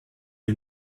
les